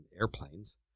airplanes